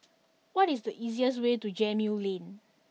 what is the easiest way to Gemmill Lane